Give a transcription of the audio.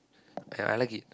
and I like it